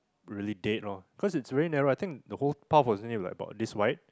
really dead ah cause it's really narrow I think the whole path wasn't it about like this wide